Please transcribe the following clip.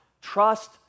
Trust